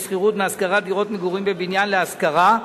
שכירות מהשכרת דירות מגורים בבניין להשכרה,